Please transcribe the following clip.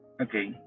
Okay